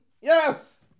Yes